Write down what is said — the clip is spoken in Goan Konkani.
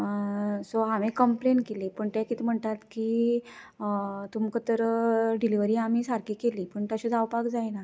सो हांवें कंप्लेन केली पण ते कितें म्हणटात की तुमकां तर डिलीवरी आमी सारकी केली पूण तशे जावपाक जायना